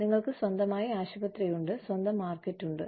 നിങ്ങൾക്ക് സ്വന്തമായി ആശുപത്രിയുണ്ട് സ്വന്തം മാർക്കറ്റുണ്ട്